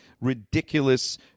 ridiculous